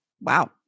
wow